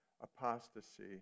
apostasy